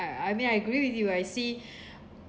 I I mean I agree with you I see